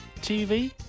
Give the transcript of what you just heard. TV